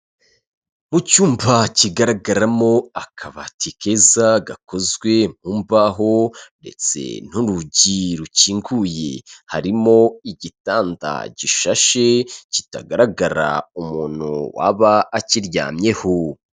Mu cyumba kigaragaramo akabati keza gakozwe mu mbaho ndetse n'urugi rukinguye, harimo igitanda gishashe kitagaragara umuntu waba akiryamyeho.